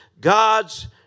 God's